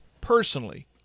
personally